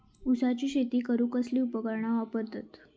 ऊसाची शेती करूक कसली उपकरणा वापरतत?